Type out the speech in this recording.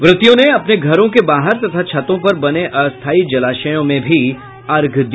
व्रतियों ने अपने घरों के बाहर तथा छतों पर बने अस्थायी जलाशयों में भी अर्घ्य दिया